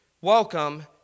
Welcome